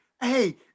Hey